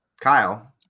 Kyle